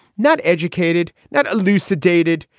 not educated, not elucidated,